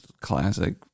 classic